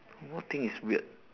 what thing is weird